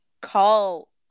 call